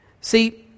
See